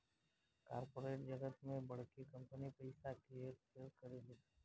corporate जगत में बड़की कंपनी पइसा के हेर फेर करेली सन